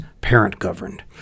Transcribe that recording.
parent-governed